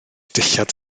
dillad